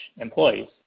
employees